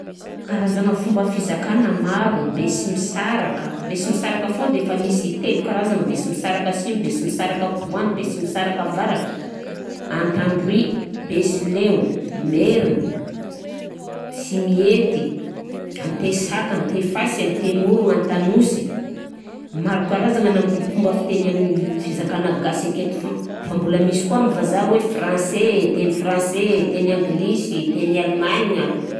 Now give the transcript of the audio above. Karazagna fomba fizakana maro: Besimisaraka a, Besimisaraka foana efa misy telo karazany (Besimisaraka Asimo, Besimisaraka Ampovoany, Besimisaraka Avaratra), Antandroy, Besileo, Merina, Simihety, Antesaka, Antefasy, Antemoro, Antanosy; maro karazagna na mbo- fomba fiteny amin'ny fizakana gasy aketo foana, fa mbôla misy koà amin'ny Vazaha hoe Français, teny Français, teny Anglisy, teny Allemagne.